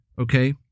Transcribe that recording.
okay